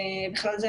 בכלל זה,